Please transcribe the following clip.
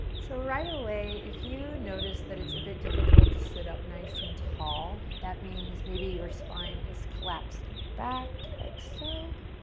so, right away, if you notice that it's a bit difficult to sit up nice and tall, that means maybe your spine is collapsing back, like so.